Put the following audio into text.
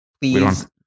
Please